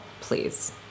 please